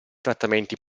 trattamenti